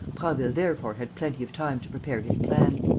prasville therefore had plenty of time to prepare his plan.